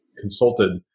consulted